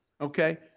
Okay